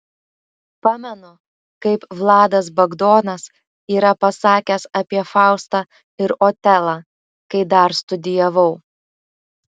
pamenu kaip vladas bagdonas yra pasakęs apie faustą ir otelą kai dar studijavau